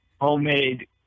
Homemade